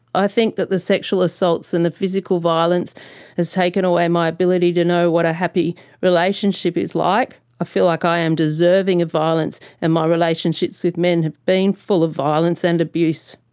i think that the sexual assaults and the physical violence has taken away my ability to know what a happy relationship is like. i feel like i am deserving of violence and my relationships with men have been full of violence and abuse.